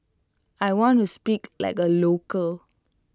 I want to speak like A local